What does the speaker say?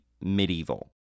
medieval